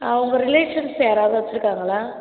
ஆ உங்கள் ரிலேஷன்ஸ் வச்சுருக்காங்களா